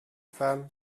femme